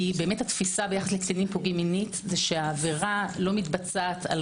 התפיסה ביחס לקטינים פוגעים מינית שהעבירה לא מתבצעת על